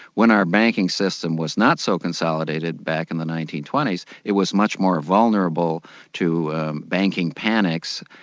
when our banking system was not so consolidated back in the nineteen twenty s, it was much more vulnerable to banking panics,